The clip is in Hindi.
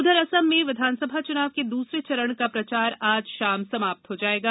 उधर असम में विधानसभा चुनाव के दूसरे चरण का प्रचार आज शाम समाप्त हो जाएगा